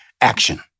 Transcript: action